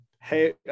Hey